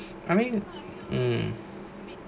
I mean hmm